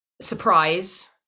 surprise